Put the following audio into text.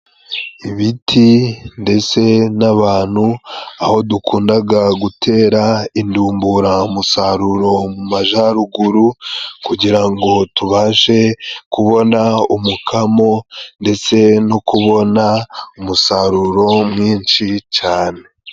Ibiti ndetse n'abantu, aho dukundaga gutera indumburamusaruro mu majaruguru kugira ngo tubashe kubona umukamo, ndetse no kubona umusaruro mwinshi cane.